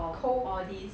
co